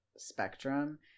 Spectrum